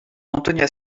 antonia